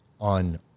on